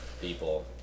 people